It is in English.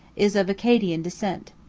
is of acadian descent.